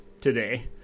today